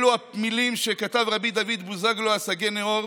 אלו המילים שכתב רבי דוד בוזגלו הסגי נהור